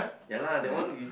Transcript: ya lah that one is